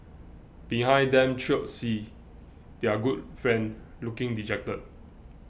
behind them trailed C their good friend looking dejected